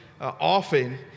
often